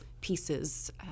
pieces